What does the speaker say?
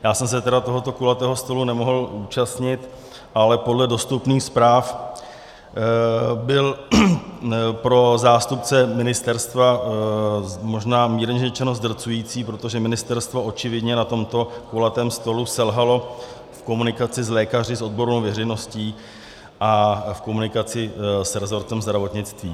Já jsem se tedy tohoto kulatého stolu nemohl účastnit, ale podle dostupných zpráv byl pro zástupce ministerstva možná mírně řečeno zdrcující, protože ministerstvo očividně na tomto kulatém stolu selhalo v komunikaci s lékaři, odbornou veřejností a v komunikaci s resortem zdravotnictví.